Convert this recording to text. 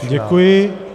Děkuji.